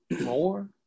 more